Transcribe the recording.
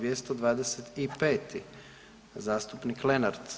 225. zastupnik Lenart.